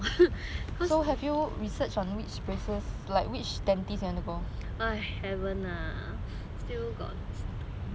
!hais! haven't lah still got